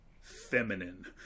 feminine